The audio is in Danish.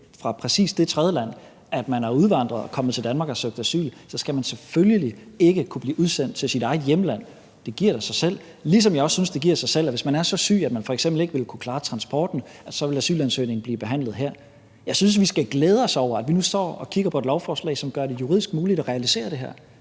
fra præcis det tredjeland, man er udvandret og er kommet til Danmark og søgt asyl, så skal man selvfølgelig ikke kunne blive udsendt til sit eget hjemland. Det giver jo sig selv, ligesom jeg også synes, at det giver sig selv, at hvis man er så syg, at man f.eks. ikke vil kunne klare transporten, så vil asylansøgningen blive behandlet her. Jeg synes, vi skal glæde os over, at vi nu står og kigger på et lovforslag, som gør det juridisk muligt at realisere det her.